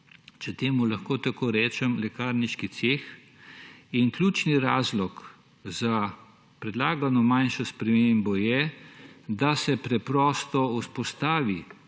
se tega tudi močno zaveda lekarniški ceh. In ključni razlog za predlagano manjšo spremembo je, da se preprosto vzpostavi